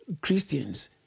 Christians